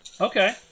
Okay